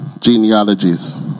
genealogies